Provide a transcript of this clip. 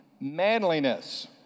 manliness